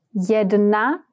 Jedna